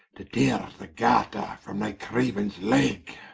to teare the garter from thy crauens legge,